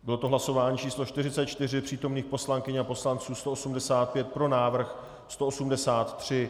Bylo to hlasování číslo 44, přítomných poslankyň a poslanců 185, pro návrh 183.